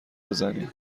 بزنی